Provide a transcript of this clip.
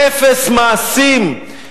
ואפס, אפס מעשים,